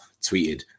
tweeted